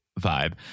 vibe